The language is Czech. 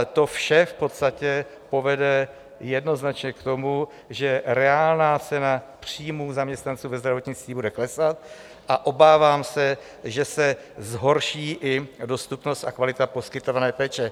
To vše povede jednoznačně k tomu, že reálná cena příjmů zaměstnanců ve zdravotnictví bude klesat, a obávám se, že se zhorší i dostupnost a kvalita poskytované péče.